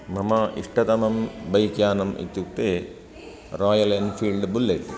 मम इष्टतमं बैक्यानम् इत्युक्ते रायल् एन्फ़ील्ड् बुलेट्